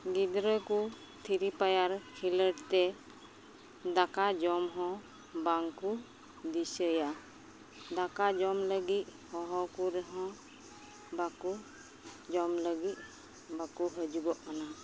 ᱜᱤᱫᱽᱨᱟᱹᱠᱩ Free Fire ᱠᱷᱤᱞᱟᱹᱰᱛᱮ ᱫᱟᱠᱟ ᱡᱚᱢᱦᱚᱸ ᱵᱟᱝᱠᱚ ᱫᱤᱥᱟᱹᱭᱟ ᱫᱟᱠᱟ ᱡᱚᱢ ᱞᱟᱹᱜᱤᱫ ᱦᱚᱦᱚᱣᱟᱠᱚ ᱨᱮᱦᱚᱸ ᱵᱟᱠᱚ ᱡᱚᱢ ᱞᱟᱹᱜᱤᱫ ᱵᱟᱠᱚ ᱦᱤᱡᱩᱜ ᱠᱟᱱᱟ